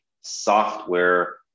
software